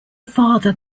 father